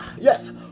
yes